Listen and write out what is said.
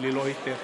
ללא היתר.